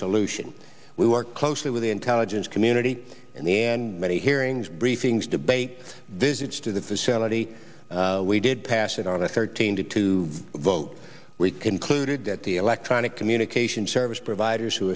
solution we worked closely with the intelligence community in the end many hearings briefings debate visits to the facility we did pass it on a thirteen to two vote rican clued that the electronic communication service providers who